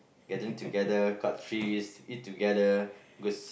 gathering together cut fish eat together go see